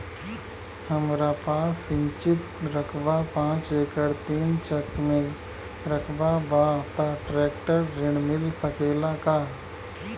हमरा पास सिंचित रकबा पांच एकड़ तीन चक में रकबा बा त ट्रेक्टर ऋण मिल सकेला का?